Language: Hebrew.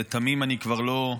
ותמים אני כבר לא,